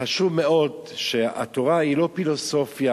חשוב מאוד שהתורה היא לא פילוסופיה,